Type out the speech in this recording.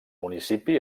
municipi